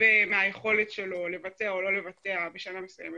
ומהיכולת שלו לבצע או לא לבצע בשנה מסוימת